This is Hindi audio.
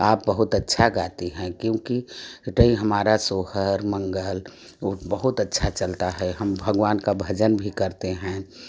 आप बहुत अच्छा गाती है क्योंकि कई हमारा सोहर मंगल बहुत अच्छा चलता है हम भगवान का भजन भी करते हैं